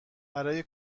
برای